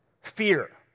fear